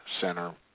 center